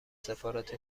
سفارت